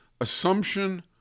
assumption